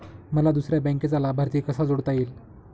मला दुसऱ्या बँकेचा लाभार्थी कसा जोडता येईल?